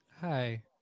hi